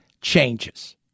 changes